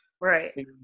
Right